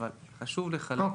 אבל חשוב לחלק,